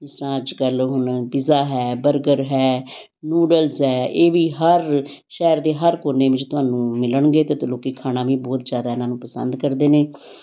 ਜਿਸ ਤਰ੍ਹਾਂ ਅੱਜ ਕੱਲ ਹੁਣ ਪੀਜ਼ਾ ਹੈ ਬਰਗਰ ਹੈ ਨੂਡਲਸ ਹੈ ਇਹ ਵੀ ਹਰ ਸ਼ਹਿਰ ਦੇ ਹਰ ਕੋਨੇ ਵਿੱਚ ਤੁਹਾਨੂੰ ਮਿਲਣਗੇ ਅਤੇ ਲੋਕ ਖਾਣਾ ਵੀ ਬਹੁਤ ਜ਼ਿਆਦਾ ਇਹਨਾਂ ਨੂੰ ਪਸੰਦ ਕਰਦੇ ਨੇ